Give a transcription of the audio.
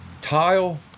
tile